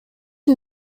une